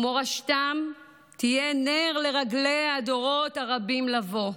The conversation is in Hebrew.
ומורשתם תהיה נר לרגלי הדורות הרבים לבוא.